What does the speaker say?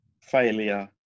Failure